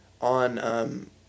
On